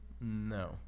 No